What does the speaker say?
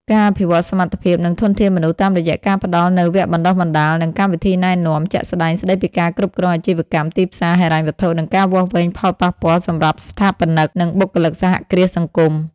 ការអភិវឌ្ឍសមត្ថភាព និងធនធានមនុស្ស តាមរយះការផ្តល់នូវវគ្គបណ្តុះបណ្តាល និងកម្មវិធីណែនាំ ជាក់ស្តែងស្តីពីការគ្រប់គ្រងអាជីវកម្ម ទីផ្សារ ហិរញ្ញវត្ថុ និងការវាស់វែងផលប៉ះពាល់សម្រាប់ស្ថាបនិក និងបុគ្គលិកសហគ្រាសសង្គម ។